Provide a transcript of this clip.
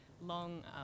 long